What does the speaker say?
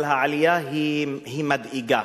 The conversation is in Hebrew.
אבל העלייה היא מדאיגה.